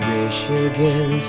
Michigan